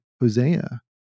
Hosea